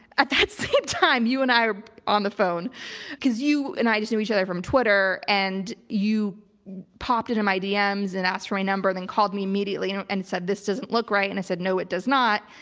at that same time you and i are on the phone cause you and i just knew each other from twitter and you popped into my dms and asked for my number and then called me immediately you know and said this doesn't look right. and i said, no it does not.